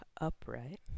upright